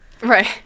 Right